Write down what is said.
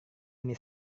ini